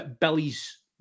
Billy's